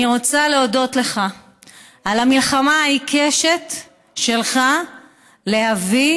אני רוצה להודות לך על המלחמה העיקשת שלך להביא